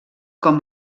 com